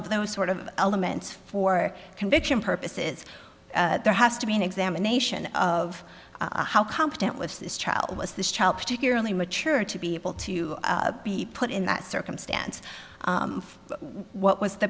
of those sort of elements for conviction purposes there has to be an examination of how competent was this child was this child particularly mature to be able to be put in that circumstance what was the